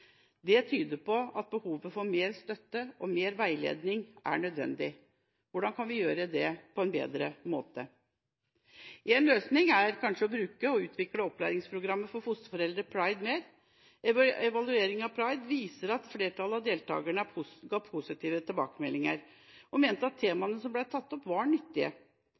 Det tyder på at behovet for mer støtte og mer veiledning er nødvendig. Hvordan kan vi gjøre det på en bedre måte? Én løsning er kanskje å utvikle og bruke opplæringsprogrammet for fosterforeldre, PRIDE, mer. Evalueringa av PRIDE viser at flertallet av deltakerne ga positive tilbakemeldinger og mente at temaene som ble tatt opp, var nyttige.